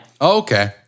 Okay